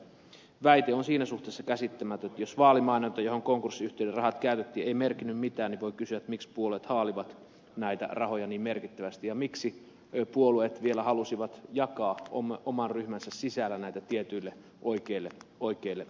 väite on siinä suhteessa käsittämätön että jos vaalimainonta johon konkurssiyhtiöiden rahat käytettiin ei merkinnyt mitään niin voi kysyä miksi puolueet haalivat näitä rahoja niin merkittävästi ja miksi puolueet vielä halusivat jakaa oman ryhmänsä sisällä näitä tietyille oikeille henkilöille